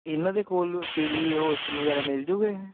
ਇਹਨਾਂ ਦੇ ਕੋਲ ਪੀ ਜੀ ਹੋਸਟਲ ਵਗੈਰਾ ਮਿਲਜੂਗੇ